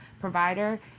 provider